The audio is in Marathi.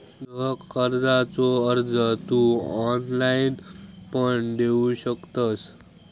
गृह कर्जाचो अर्ज तू ऑनलाईण पण देऊ शकतंस